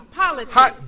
politics